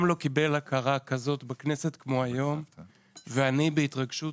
לא קיבל הכרה כזאת בכנסת כמו שהוא מקבל היום ואני בהתרגשות